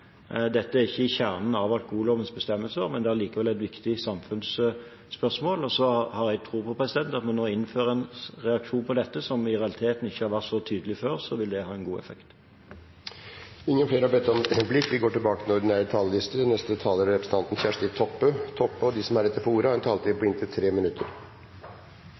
Dette er ikke i kjernen av alkohollovens bestemmelser, men det er allikevel et viktig samfunnsspørsmål. Jeg har tro på at når man nå innfører en reaksjon på dette – som i realiteten ikke har vært så tydelig før – vil det ha en god effekt. Replikkordskiftet er omme. De talere som heretter får ordet, har en taletid på inntil 3 minutter. Eg har behov for ei oppklaring. Representanten